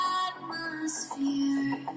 atmosphere